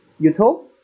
youtube